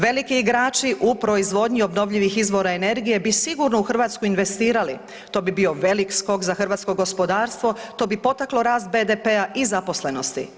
Veliki igrači u proizvodnji obnovljivih izvora energije bi Hrvatsku investirali, to bi bio veliki skok za hrvatsko gospodarstvo, to bi potaklo rast BDP-a i zaposlenosti.